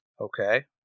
Okay